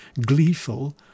gleeful